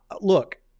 look